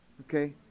Okay